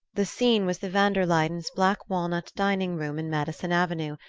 the scene was the van der luydens' black walnut dining-room in madison avenue,